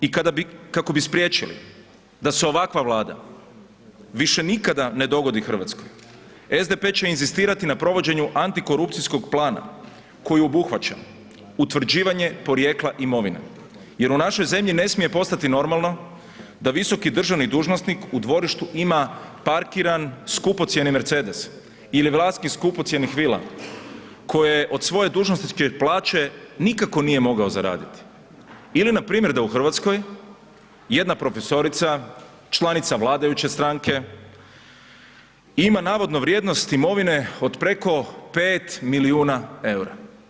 I kako bi spriječili da se ovakva Vlada više nikada ne dogodi Hrvatskoj, SDP će inzistirati na provođenju antikorupcijskog plana koji obuhvaća utvrđivanje porijekla imovine jer u našoj zemlji ne smije postati normalno da visoki državni dužnosnik u dvorištu ima parkiran skupocjeni Mercedes ili je vlasnik skupocjenih vila koje od svoje dužnosničke plaće nikako nije mogao zaraditi ili npr. da u Hrvatskoj jedna profesorica, članica vladajuće stranke ima navodno vrijednost imovine od preko 5 milijuna eura.